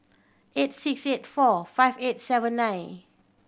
eight six eight four five eight seven nine